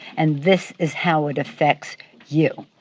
and this is how it affects you.